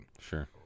Sure